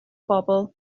bobl